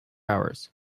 hours